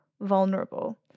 vulnerable